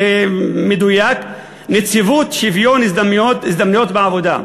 זה מדויק, נציבות שוויון ההזדמנויות בעבודה.